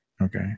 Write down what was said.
okay